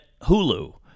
hulu